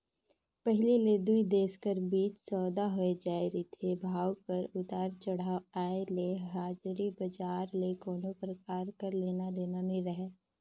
पहिली ले दुई देश कर बीच सउदा होए जाए रिथे, भाव कर उतार चढ़ाव आय ले हाजरी बजार ले कोनो परकार कर लेना देना नी रहें